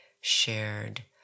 shared